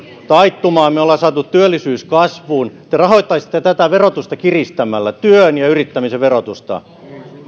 taittumaan me olemme saaneet työllisyyden kasvuun te rahoittaisitte tätä verotusta kiristämällä työn ja yrittämisen verotusta